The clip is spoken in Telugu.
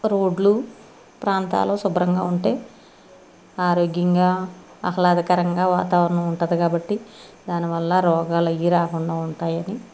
రోడ్లు ప్రాంతాలు శుభ్రంగా ఉంటే ఆరోగ్యంగా ఆహ్లాదకరంగా వాతావరణం ఉంటుంది కాబట్టి దానివల్ల రోగాలు అవి రాకుండా ఉంటాయని